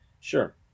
Sure